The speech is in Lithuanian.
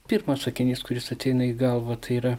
pirmas sakinys kuris ateina į galvą tai yra